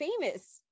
famous